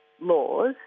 laws